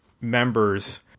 members